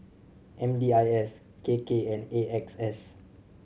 M D I S K K and A X S